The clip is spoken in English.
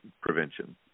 prevention